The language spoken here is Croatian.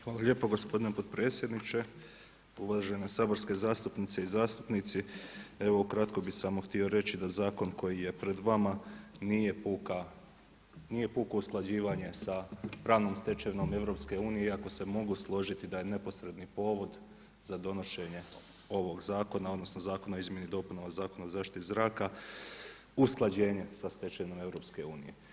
Hvala lijepo gospodine potpredsjedniče, uvažene saborske zastupnice i zastupnici evo ukratko bih samo reći da zakon koji je pred vama koji je pred vama, nije puko usklađivanje sa pravnom stečevinom EU, iako se mogu složiti da je neposredni povod za donošenje ovog zakona odnosno Zakona o izmjeni i dopunama Zakona o zaštiti zraka, usklađenje sa stečevinom EU.